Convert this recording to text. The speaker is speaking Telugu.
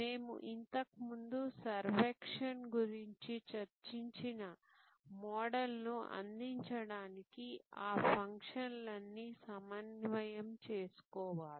మేము ఇంతకుముందు సర్వక్షన్ గురించి చర్చించిన మోడల్ను అందించడానికి ఆ ఫంక్షన్లన్నీ సమన్వయం చేసుకోవాలి